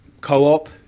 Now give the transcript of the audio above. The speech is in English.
co-op